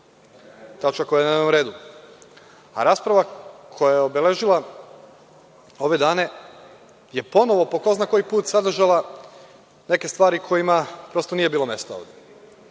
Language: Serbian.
tačka koja je na dnevnom redu. Rasprava koja je obeležila ove dane je ponovo po ko zna koji put sadržala neke stvari kojima prosto nije bilo mesta ovde.